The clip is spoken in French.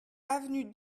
avenue